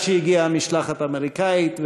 עד שהגיעה המשלחת האמריקנית,